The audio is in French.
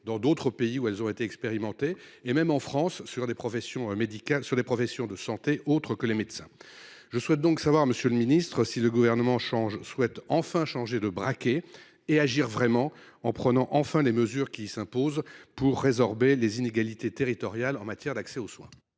dans d’autres pays où elles ont été expérimentées, et même en France pour des professions de santé autres que les médecins. Je souhaite donc savoir, monsieur le ministre, si le Gouvernement envisage enfin de changer de braquet et d’agir vraiment en prenant les mesures qui s’imposent pour résorber les inégalités territoriales en matière d’accès aux soins.